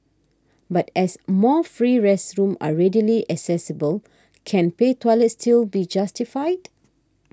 but as more free restrooms are readily accessible can pay toilets still be justified